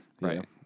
Right